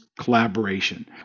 collaboration